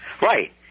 Right